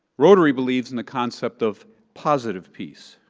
rotary believes in a concept of positive peace,